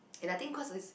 and I think cause it's